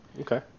Okay